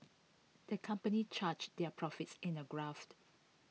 the company charge their profits in A graft